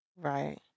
Right